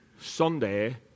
Sunday